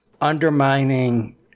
undermining